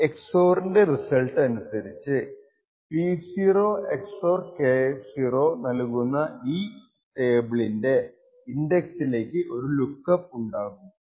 ഈ XOR ന്റെ result അനുസരിച്ച് P0 XOR K0 നൽകുന്ന ഈ ടേബിളിന്റെ ഇന്ഡക്സിലേക്ക് ഒരു ലുക്ക് അപ്പ് ഉണ്ടാകും